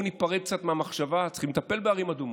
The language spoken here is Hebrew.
ניפרד קצת מהמחשבה שצריכים לטפל בערים אדומות.